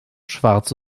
schwarz